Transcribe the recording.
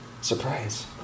Surprise